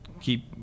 keep